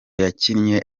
yakinnye